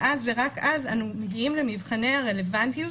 שאז ורק אז אנו מגיעים למבחני רלוונטיות